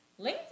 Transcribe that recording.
LinkedIn